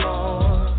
Lord